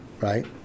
Right